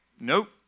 nope